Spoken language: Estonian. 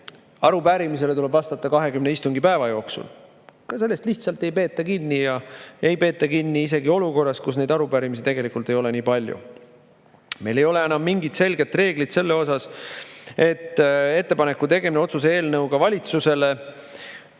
arupärimisele tuleb vastata 20 istungipäeva jooksul. Sellest lihtsalt ei peeta kinni, ja ei peeta kinni isegi olukorras, kus arupärimisi tegelikult ei olegi nii palju. Meil ei ole enam mingit selget reeglit selle kohta, et valitsusele otsuse eelnõuga ettepaneku